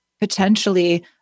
potentially